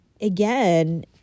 again